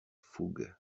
fougue